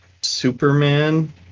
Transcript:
Superman